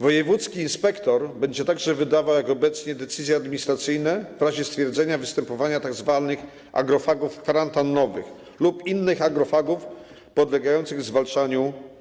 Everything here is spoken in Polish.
Wojewódzki inspektor będzie także wydawał jak obecnie decyzje administracyjne w razie stwierdzenia występowania tzw. agrofagów kwarantannowych lub innych agrofagów podlegających zwalczaniu.